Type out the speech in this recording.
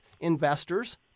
investors